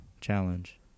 Challenge